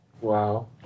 Wow